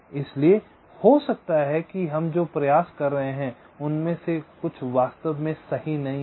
इसलिए हो सकता है कि हम जो प्रयास कर रहे हैं उनमें से कुछ वास्तव में सही नहीं हैं